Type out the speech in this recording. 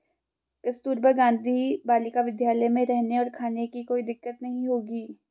कस्तूरबा गांधी बालिका विद्यालय में रहने और खाने की कोई दिक्कत नहीं होगी